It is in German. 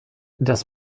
das